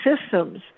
systems